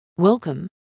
Welcome